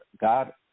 God